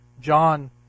John